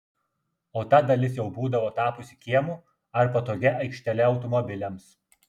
o ta dalis jau būdavo tapusi kiemu ar patogia aikštele automobiliams